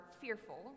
fearful